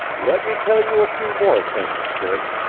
let me tell you a few more things, sid.